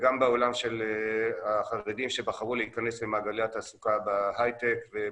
וגם בעולם של החרדים שבחרו להכנס למעגלי התעסוקה בהייטק ובחדשנות.